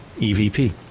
evp